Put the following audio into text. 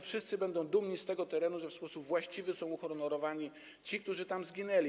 Wszyscy będą dumni z tego terenu, że w sposób właściwy są uhonorowani ci, którzy tam zginęli.